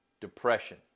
depression